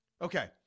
Okay